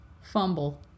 Fumble